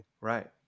right